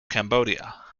cambodia